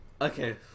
Okay